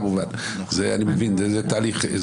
אני מבין שזה תהליך.